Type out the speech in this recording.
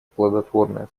плодотворное